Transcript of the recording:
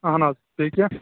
اَہَن حظ بیٚیہِ کیٛاہ